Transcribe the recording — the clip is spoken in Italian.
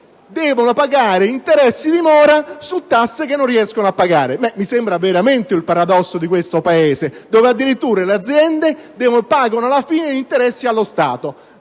devono pagare interessi di mora su tributi che non riescono a pagare. Mi sembra veramente il paradosso di questo Paese: le aziende alla fine pagano addirittura gli interessi allo Stato.